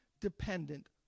dependent